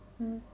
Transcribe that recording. mm